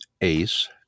Ace